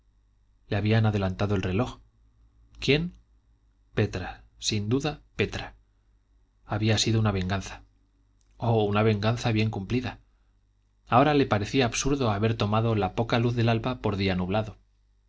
le habían adelantado el reloj quién petra sin duda petra había sido una venganza oh una venganza bien cumplida ahora le parecía absurdo haber tomado la poca luz del alba por día nublado